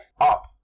up